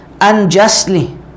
unjustly